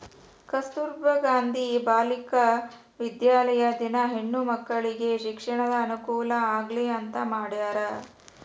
ಕಸ್ತುರ್ಭ ಗಾಂಧಿ ಬಾಲಿಕ ವಿದ್ಯಾಲಯ ದಿನ ಹೆಣ್ಣು ಮಕ್ಕಳಿಗೆ ಶಿಕ್ಷಣದ ಅನುಕುಲ ಆಗ್ಲಿ ಅಂತ ಮಾಡ್ಯರ